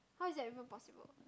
how is that even possible